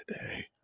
today